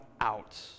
out